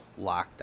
lockdown